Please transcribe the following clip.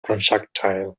projectile